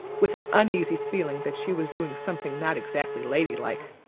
with an uneasy feeling that she was doing something not exactly ladylike.